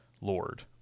Lord